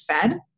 fed